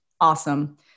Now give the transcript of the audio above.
awesome